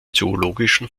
zoologischen